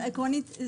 אבל עקרונית,